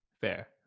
Fair